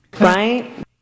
right